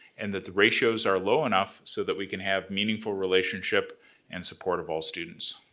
and that the ratios are low enough so that we can have meaningful relationship and support of all students.